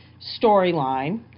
storyline